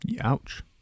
ouch